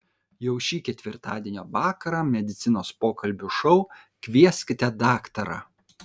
jau šį ketvirtadienio vakarą medicinos pokalbių šou kvieskite daktarą